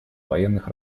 военных